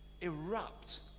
erupt